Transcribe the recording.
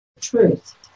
truth